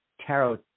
Tarot